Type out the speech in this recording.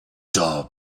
dull